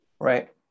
Right